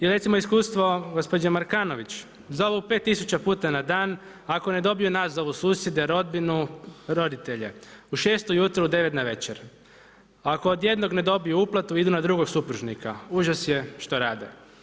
Ili recimo iskustvo gospođe Markanović, „Zovu 5 tisuća puta na dan, ako ne dobiju nas, zovu susjede, rodbinu, roditelje, u 6 ujutro u 9 navečer.“ „Ako od jednog ne dobiju uplatu idu na drugog supružnika, užas je što rade.